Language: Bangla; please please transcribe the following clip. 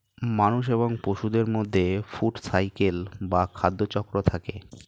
মানুষ এবং পশুদের মধ্যে ফুড সাইকেল বা খাদ্য চক্র থাকে